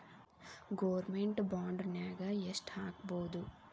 Government ಬಾಂಡ್ನಾಗ್ ಯೆಷ್ಟ್ ಹಾಕ್ಬೊದು?